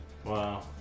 Wow